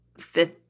fifth